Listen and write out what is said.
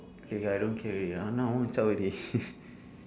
okay K I don't care already now I want to chao already